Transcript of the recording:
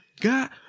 got